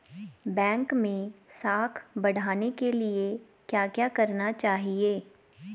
Bank मैं साख बढ़ाने के लिए क्या क्या करना चाहिए?